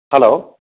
hello